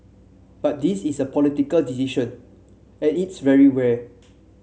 but this is a political decision and it's very rare